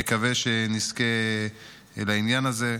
נקווה שנזכה לעניין הזה.